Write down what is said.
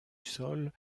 sol